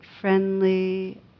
friendly